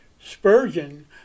Spurgeon